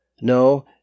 No